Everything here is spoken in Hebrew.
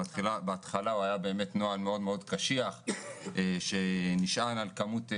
בהתחלה היה נוהל מאוד קשיח שנשען על כמות צווים.